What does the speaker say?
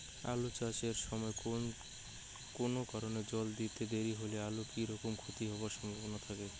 আলু চাষ এর সময় কুনো কারণে জল দিতে দেরি হইলে আলুর কি রকম ক্ষতি হবার সম্ভবনা থাকে?